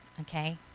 Okay